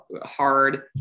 hard